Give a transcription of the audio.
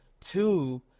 two